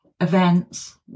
events